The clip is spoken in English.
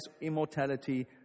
immortality